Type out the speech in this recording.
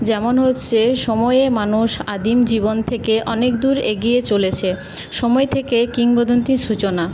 যেমন হচ্ছে সময়ে মানুষ আদিম জীবন থেকে অনেক দূর এগিয়ে চলেছে সময় থেকে কিংবদন্তির সূচনা